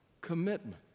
commitment